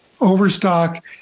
Overstock